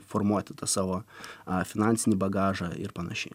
formuoti tą savo a finansinį bagažą ir panašiai